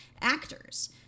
actors